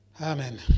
Amen